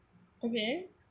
okay